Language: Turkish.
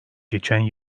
geçen